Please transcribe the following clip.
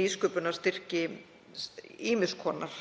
nýsköpunarstyrki ýmiss konar.